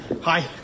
Hi